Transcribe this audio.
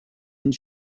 and